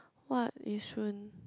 what Yishun